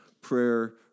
prayer